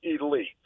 elite